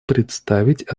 представить